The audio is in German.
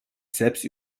selbst